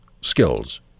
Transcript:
skills